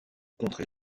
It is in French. contrer